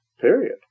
Period